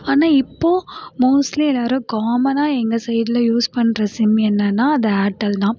ஆனால் இப்போது மோஸ்ட்லி எல்லாரும் காமனாக எங்கள் சைட்ல யூஸ் பண்ணுற சிம் என்னென்னா அது ஏர்டெல் தான்